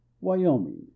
Wyoming